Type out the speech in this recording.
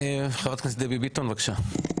חברת הכנסת דבי ביטון, בבקשה.